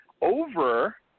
over